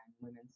women's